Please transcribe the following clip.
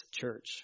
church